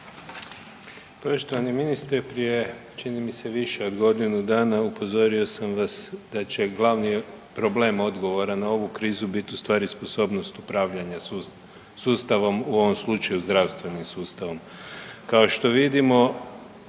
Poštovani ministre. Prije čini mi se više od godinu dana upozorio sam vas da će glavni problem odgovora na ovu krizu bit ustvari sposobnost upravljanja sustavom u ovom slučaju zdravstvenim sustavom. Kao što vidimo